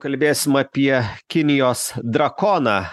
kalbėsim apie kinijos drakoną